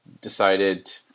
decided